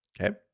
Okay